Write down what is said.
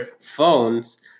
phones